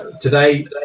Today